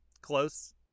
close